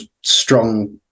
strong